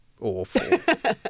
awful